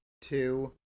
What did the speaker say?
two